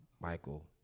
Michael